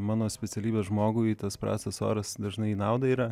mano specialybės žmogui tas prastas oras dažnai į naudą yra